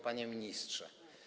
Panie Ministrze!